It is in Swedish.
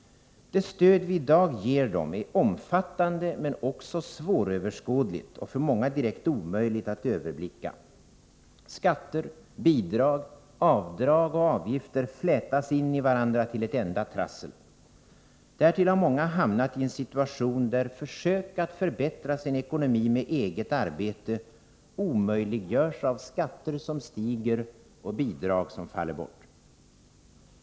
Det stöd vi i dag ger är omfattande, men också svåröverskådligt och för många direkt omöjligt att överblicka. Skatter, bidrag, avdrag och avgifter flätas in i varandra till ett enda trassel. Därtill har många hamnat i en situation, där försök att förbättra sin ekonomi med eget arbete omöjliggörs av skatter som stiger och bidrag som faller bort.